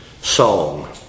song